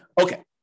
Okay